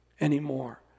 anymore